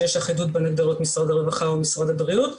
שיש אחידות בין הגדרות משרד הרווחה למשרד הבריאות,